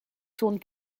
tourne